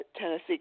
Tennessee